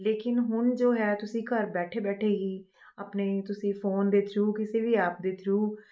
ਲੇਕਿਨ ਹੁਣ ਜੋ ਹੈ ਤੁਸੀਂ ਘਰ ਬੈਠੇ ਬੈਠੇ ਹੀ ਆਪਣੇ ਤੁਸੀਂ ਫੋਨ ਦੇ ਥਰੂ ਕਿਸੇ ਵੀ ਐਪ ਦੇ ਥਰੂ